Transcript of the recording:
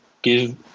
Give